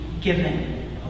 given